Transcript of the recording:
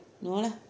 no lah